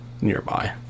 nearby